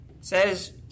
says